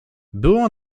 było